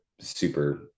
super